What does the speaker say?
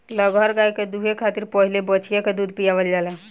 लगहर गाय के दूहे खातिर पहिले बछिया के दूध पियावल जाला